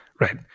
right